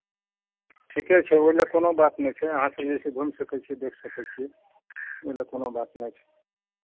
ठीके छै ओहि लेल कोनो बात नहि छै अहाँ जे छै से घुमि सकै छी देखि सकै छी ओहि लेल कोनो बात नहि छै